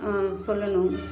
சொல்லணும்